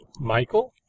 Michael